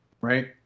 right